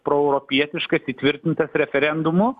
proeuropietiškas įtvirtintas referendumu